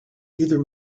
either